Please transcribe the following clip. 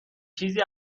چیزی